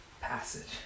passage